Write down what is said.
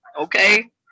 okay